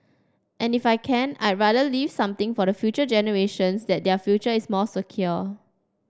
and if I can I'd rather leave something for the future generations that their future is more secure